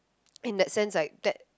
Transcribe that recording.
in that sense like that